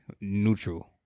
neutral